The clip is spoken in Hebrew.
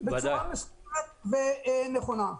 בצורה מסודרת ונכונה.